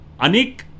Anik